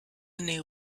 new